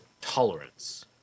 tolerance